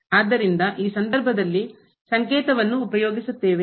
ಆದ್ದರಿಂದ ಈ ಸಂದರ್ಭದಲ್ಲಿ ಸಂಕೇತವನ್ನು ಉಪಯೋಗಿಸುತ್ತೇವೆ